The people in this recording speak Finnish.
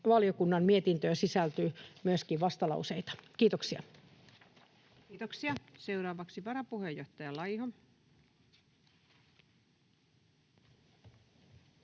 valiokunnan mietintöön sisältyy myöskin vastalauseita. — Kiitoksia. Kiitoksia. — Seuraavaksi varapuheenjohtaja Laiho.